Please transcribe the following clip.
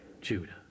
Judah